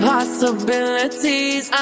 Possibilities